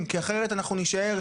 אנחנו ניזום.